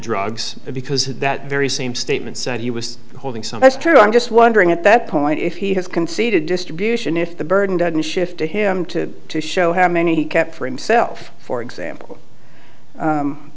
drugs because that very same statement said he was holding some that's true i'm just wondering at that point if he has conceded distribution if the burden doesn't shift to him to show how many he kept for himself for example